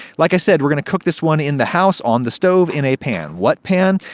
like i said, we're gonna cook this one in the house, on the stove, in a pan. what pan?